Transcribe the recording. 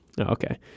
Okay